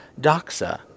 doxa